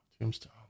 Tombstone